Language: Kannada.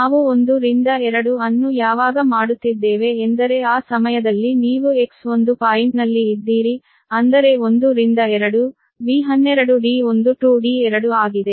ನಾವು 1 ರಿಂದ 2 ಅನ್ನು ಯಾವಾಗ ಮಾಡುತ್ತಿದ್ದೇವೆ ಎಂದರೆ ಆ ಸಮಯದಲ್ಲಿ ನೀವು X1 ಪಾಯಿಂಟ್ನಲ್ಲಿ ಇದ್ದೀರಿ ಅಂದರೆ 1 ರಿಂದ 2 V12 D1 to D2 ಆಗಿದೆ